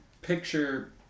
picture